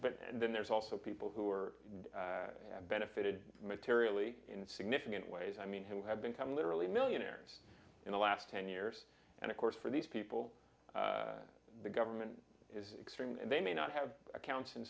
but then there's also people who are benefited materially in significant ways i mean who have become literally millionaires in the last ten years and of course for these people the government is extreme they may not have account